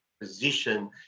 position